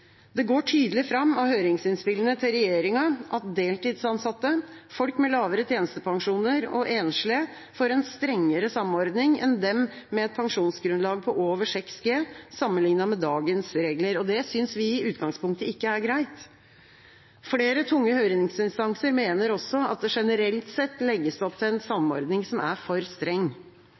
Det går tydelig fram av høringsinnspillene til regjeringa at deltidsansatte, folk med lavere tjenestepensjon og enslige får en strengere samordning enn de med et pensjonsgrunnlag på over 6 G, sammenlignet med dagens regler. Det synes vi i utgangspunktet ikke er greit. Flere tunge høringsinstanser mener også at det generelt sett legges opp til en samordning som er for streng.